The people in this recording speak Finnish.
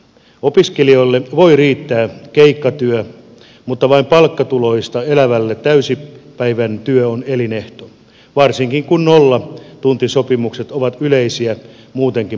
opiskelijoille voi riittää keikkatyö mutta vain palkkatuloista elävälle täysipäiväinen työ on elinehto varsinkin kun nollatuntisopimukset ovat yleisiä muutenkin matalapalkkaisilla aloilla